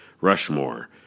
Rushmore